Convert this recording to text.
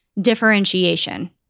differentiation